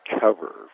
cover